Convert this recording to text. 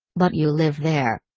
but you live there.